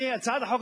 הצעת החוק,